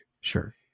Sure